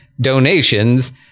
Donations